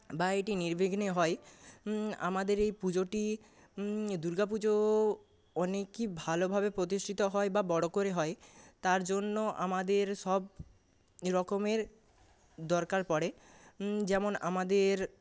বা এটি নির্বিঘ্নে হয় আমাদের এই পুজোটি দুর্গাপুজো অনেকই ভালোভাবে প্রতিষ্ঠিত হয় বা বড় করে হয় তার জন্য আমাদের সব রকমের দরকার পড়ে যেমন আমাদের